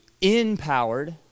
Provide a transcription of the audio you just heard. empowered